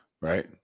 right